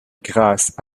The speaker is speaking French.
grâce